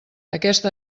aquest